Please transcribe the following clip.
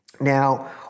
Now